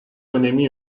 önemi